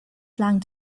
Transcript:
slang